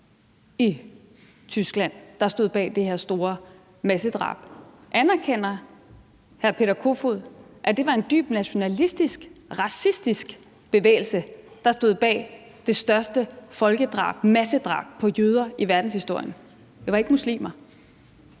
i Tyskland, der stod bag det her massedrab? Anerkender hr. Peter Kofod, at det var en dybt nationalistisk og racistisk bevægelse, der stod bag det største folkedrab, massedrab, på jøder i verdenshistorien? Det var ikke muslimer.